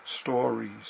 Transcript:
stories